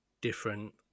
different